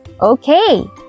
Okay